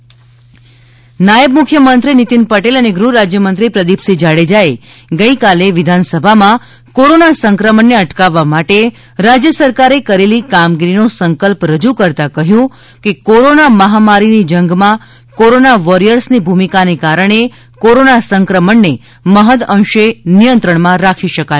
વિધાનસભા કોરોના નાયબ મુખ્યમંત્રી નિતીન પટેલ અને ગૃહ રાજય મંત્રી પ્રદિપસિંહ જાડેજાએ ગઇકાલે વિધાનસભામાં કોરોના સંક્રમણ ને અટકાવવા માટે રાજય સરકારે કરેલી કામગીરીનો સંકલ્પ રજૂ કરતા કહ્યુ કે કોરોના મહામારીની જંગમાં કોરાના વોરિયર્સની ભૂમિકાને કારણે કોરોના સંક્રમણને મહ્દઅંશે નિયંત્રણમાં રાખી શકાયું છે